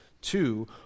two